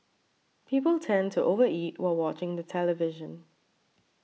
people tend to over eat while watching the television